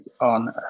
on